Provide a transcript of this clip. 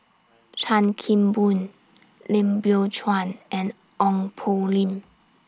Chan Kim Boon Lim Biow Chuan and Ong Poh Lim